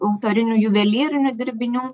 autorinių juvelyrinių dirbinių